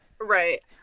right